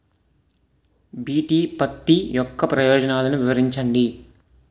BT పత్తి యొక్క ప్రయోజనాలను వివరించండి?